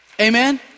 Amen